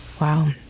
Wow